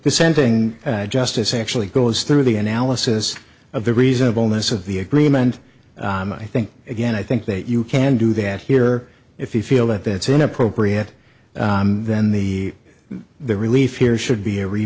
dissenting justice actually goes through the analysis of the reasonableness of the agreement i think again i think that you can do that here if you feel that that's inappropriate then the the relief here should be every